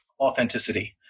authenticity